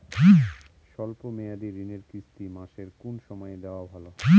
শব্দ মেয়াদি ঋণের কিস্তি মাসের কোন সময় দেওয়া ভালো?